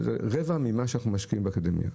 רבע ממה שאנחנו משקיעים באקדמיה.